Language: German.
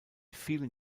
vielen